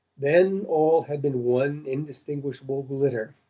then all had been one indistinguishable glitter,